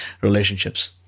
relationships